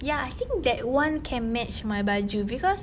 ya I think that one can match my baju because